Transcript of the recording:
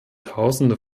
tausende